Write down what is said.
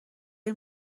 های